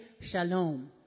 shalom